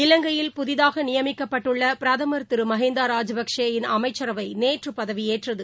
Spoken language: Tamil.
இலங்கையில் புதிதாகநியமிக்கப்பட்டுள்ளபிரதமர் திருமகிந்தாராஜபக்சே யின் அமைச்சரவைநேற்றுபதவியேற்றது